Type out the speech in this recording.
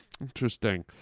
Interesting